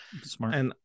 smart